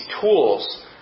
tools